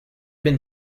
been